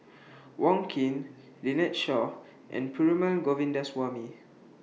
Wong Keen Lynnette Seah and Perumal Govindaswamy